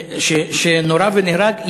שנורה ונהרג,